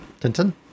Tintin